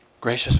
Gracious